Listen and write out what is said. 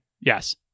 yes